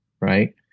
right